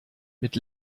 mit